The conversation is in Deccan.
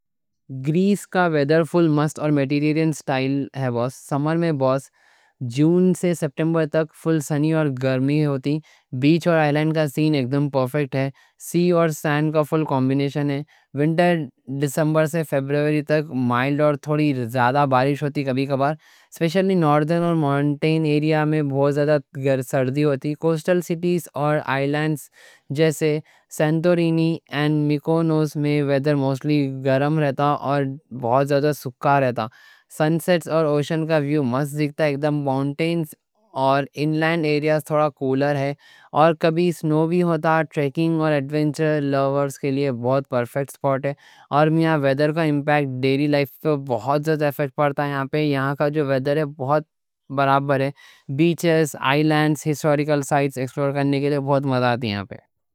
گریس کا ویدر فل مست اور میڈیٹرینین سٹائل ہے، بس۔ سمر میں بس جون سے ستمبر تک فل سنی اور گرمی رہتی۔ بیچ اور آئلینڈ کا سین اگدم پرفیکٹ ہے۔ سی اور سینڈ کا فل کمبینیشن ہے، سردیوں دسمبر سے فروری تک مائلڈ اور تھوڑی زیادہ بارش ہوتی، کبھی کبھار۔ اسپیشلی نادرن اور ماؤنٹین ایریا میں بہت زیادہ سردی ہوتی۔ کوسٹل سٹیز اور آئلینڈز جیسے سینٹورینی اور میکونوس میں ویدر موسٹلی گرم رہتا اور بہت زیادہ سُکّا رہتا۔ سن سیٹس اور اوشن کا ویو مست دکھتا ہے ماؤنٹین اور اِن لینڈ ایریا تھوڑا کولر رہتا۔ اور کبھی سنو بھی ہوتا۔ ٹریکنگ اور ایڈونچر لوورز کے لیے بہت پرفیکٹ سپورٹ ہے، اور میاں ویدر کا امپیکٹ ڈیلی لائف پہ بہت زیادہ ایفیکٹ پڑتا یہاں کا جو ویدر ہے بہت برابر ہے، بیچز، آئلینڈز، ہسٹوریکل سائٹس ایکسپلور کرنے کے لیے بہت مزا دے۔